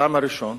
הטעם הראשון,